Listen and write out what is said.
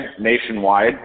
nationwide